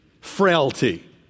frailty